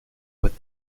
with